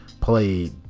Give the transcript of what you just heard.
played